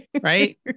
right